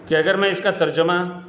کہ اگر میں اس کا ترجمہ